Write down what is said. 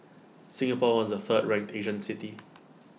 Singapore was the third ranked Asian city